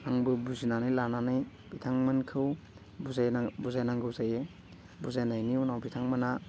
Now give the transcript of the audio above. आंबो बुजिनानै लानानै बिथांमोनखौ बुजायनांगौ जायो बुजायनायनि उनाव बिथांमोना